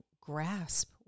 grasp